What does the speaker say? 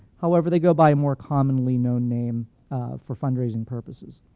however they go by a more commonly known name for fundraising purposes.